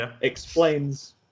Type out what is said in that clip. explains